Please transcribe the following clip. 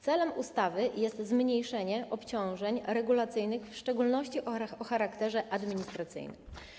Celem ustawy jest zmniejszenie obciążeń regulacyjnych, w szczególności o charakterze administracyjnym.